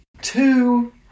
two